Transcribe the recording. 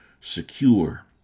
secure